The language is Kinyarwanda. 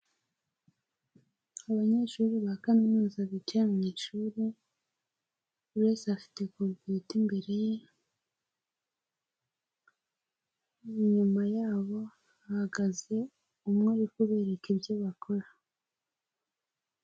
Abanyeshuri ba kaminuza bicaye mu ishuri buri wese afite komputa imbere ye, inyuma yabo hahagaze umwe uri kubereka ibyo bakora.